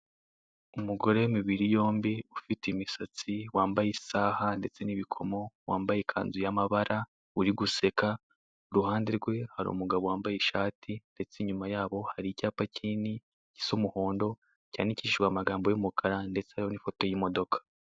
Umugore w'imibiri yombi ufite imisatsi, wambaye isahani ndetse n'ibikomo, wambaye ikanzu y'amabara, uri guseka. Ku ruhande rwe hari umugabo wambaye ishati, ndetse inyuma yabo hari icyapa kinini gisa umuhondo cyandikishijwe amagambo y'umukara, ndetse hariho n'ifoto y'imodoka.